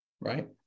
Right